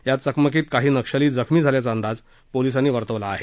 या चकमकीत काही नक्षली जखमी झाल्याचा अंदाज पोलिसांनी वर्तवला आहे